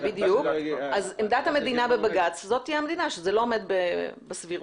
עמדת המדינה בבג"ץ, שזה לא עומד בסבירות.